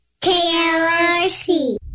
KLRC